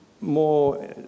more